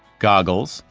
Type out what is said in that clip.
goggles,